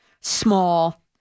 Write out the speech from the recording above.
small